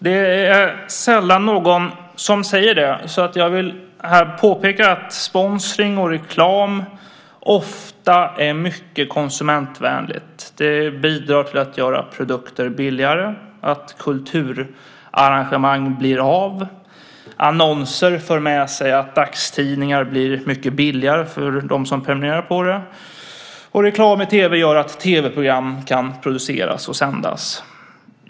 Det är sällan någon som säger det. Därför vill jag här påpeka att det ofta är mycket konsumentvänligt med sponsring och reklam. Det bidrar till att göra produkter billigare, till att kulturarrangemang blir av. Annonser för med sig att dagstidningar blir mycket billigare för dem som prenumererar på dessa. Och reklam i tv gör att tv-program kan produceras och sändas.